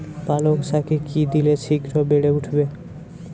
পালং শাকে কি দিলে শিঘ্র বেড়ে উঠবে?